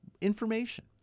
information